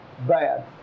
bad